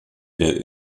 der